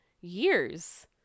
years